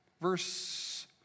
Verse